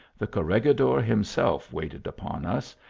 the corregidor himself waited upon us,